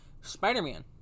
Spider-Man